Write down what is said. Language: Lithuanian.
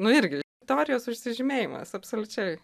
nu irgi teorijos užsižymėjimas absoliučiai